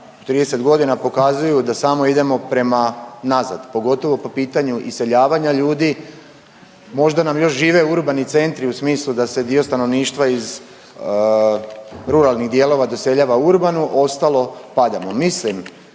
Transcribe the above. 30.g. pokazuju da samo idemo prema nazad, pogotovo po pitanju iseljavanja ljudi. Možda nam još žive urbani centri u smislu da se dio stanovništva iz ruralnih dijelova doseljava u urbanu, ostalo padamo.